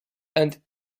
and